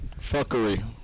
fuckery